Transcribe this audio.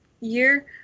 year